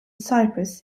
cyprus